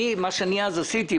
מה שעשיתי אז,